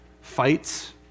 fights